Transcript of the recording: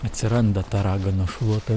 atsiranda ta raganos šluota